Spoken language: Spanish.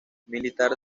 militar